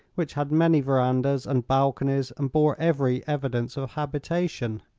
which had many verandas and balconies and bore every evidence of habitation.